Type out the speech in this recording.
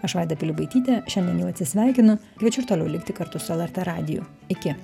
aš vaida pilibaitytė šiandien jau atsisveikinu kviečiu ir toliau likti kartu su lrt radiju iki